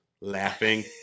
laughing